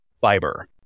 fiber